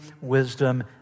wisdom